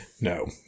no